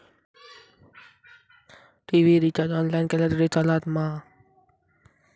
TV recharge online केला तरी चलात मा?